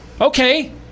okay